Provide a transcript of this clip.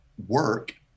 work